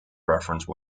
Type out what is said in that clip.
reference